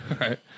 Right